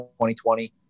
2020